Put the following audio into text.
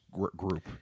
group